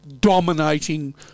dominating